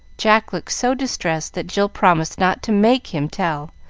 jack looked so distressed that jill promised not to make him tell,